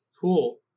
Cool